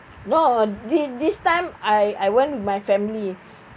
no this this time I I went with my family